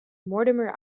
mortimer